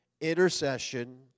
intercession